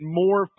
more